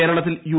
കേരളത്തിൽ യു